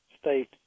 state